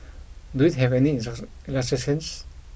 does it have any illustrations